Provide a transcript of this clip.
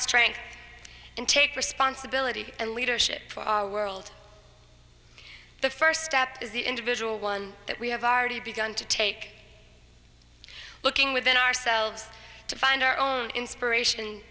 strength and take responsibility and leadership for our world the first step is the individual one that we have already begun to take looking within ourselves to find our own inspiration